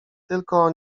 tylko